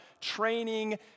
training